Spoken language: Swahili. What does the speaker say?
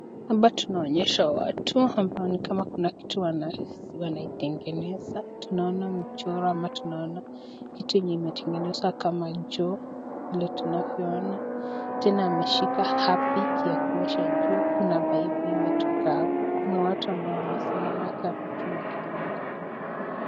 Hapa tunaonyeshwa watu ambao ni kama kuna kitu wana wanaitengeneza. Tunaona mchoro ama tunaona kitu yenye imetengenezwa kama choo vile tunavyoona, tena ameshika Harpic ya kuosha choo, kuna pipe imetika hapo , kuna watu ambao wamesimama kando tuu wakimuangalia.